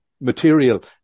material